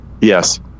yes